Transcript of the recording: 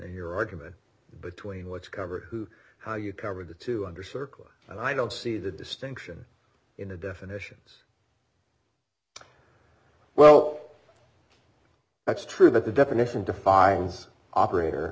in your argument between what's covered who how you covered the two under circuit and i don't see the distinction in the definitions well that's true that the definition defines operator